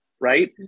Right